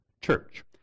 church